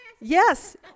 Yes